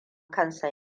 kansa